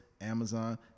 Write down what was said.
Amazon